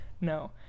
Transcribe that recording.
no